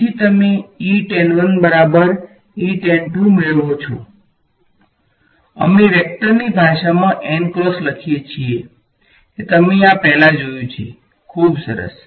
તેથી તમે મેળવો છો અને અમે વેક્ટર્સની ભાષામાં લખીએ છીએ કે તમે આ પહેલા જોયુ છે ખૂબ સરસ